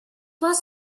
was